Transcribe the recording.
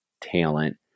talent